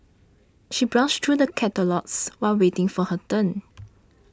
she browsed through the catalogues while waiting for her turn